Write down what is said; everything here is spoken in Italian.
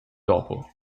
dopo